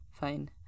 Fine